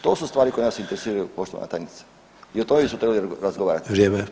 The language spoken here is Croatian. To su stvari koje nas interesiraju poštovana tajnice i o tome bismo trebali razgovarati